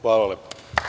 Hvala.